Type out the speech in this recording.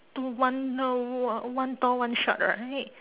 two one tall one tall one short right